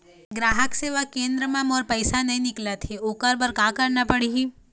ग्राहक सेवा केंद्र म मोर पैसा नई निकलत हे, ओकर बर का करना पढ़हि?